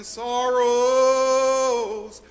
sorrows